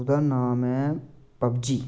ओह्दा नाम ऐ पबजी